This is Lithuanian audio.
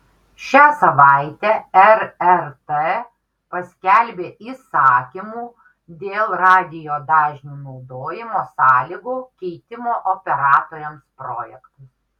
šią savaitę rrt paskelbė įsakymų dėl radijo dažnių naudojimo sąlygų keitimo operatoriams projektus